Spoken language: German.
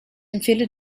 empfehle